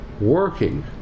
working